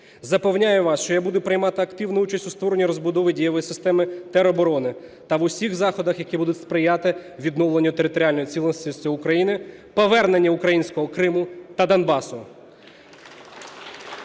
Запевняю вас, що я буду приймати активну участь у створенні розбудови дієвої системи тероборони та в усіх заходах, які будуть сприяти відновленню територіальної цілісності України, повернення українського Криму та Донбасу.